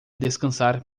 descansar